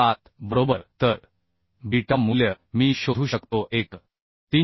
307 बरोबर तर बीटा मूल्य मी शोधू शकतो 1